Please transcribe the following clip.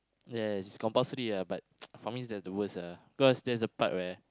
yes it's compulsory ah but for me that's the worst ah cause there's the part where